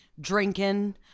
drinking